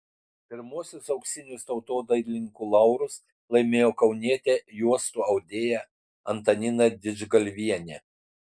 pirmuosius auksinius tautodailininkų laurus laimėjo kaunietė juostų audėja antanina didžgalvienė